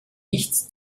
nichts